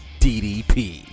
DDP